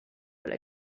will